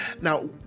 Now